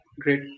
great